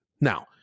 Now